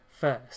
first